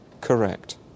Correct